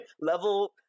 level